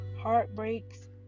heartbreaks